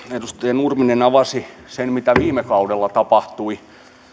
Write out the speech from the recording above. edustaja nurminen avasi sen mitä viime kaudella tapahtui